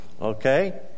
Okay